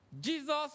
Jesus